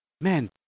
man